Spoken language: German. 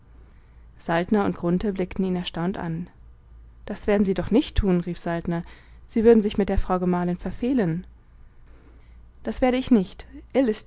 saltner und grunthe blickten ihn erstaunt an das werden sie doch nicht tun rief saltner sie würden sich mit der frau gemahlin verfehlen das werde ich nicht